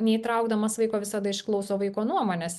neįtraukdamas vaiko visada išklauso vaiko nuomonės